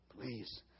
Please